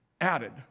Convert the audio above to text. Added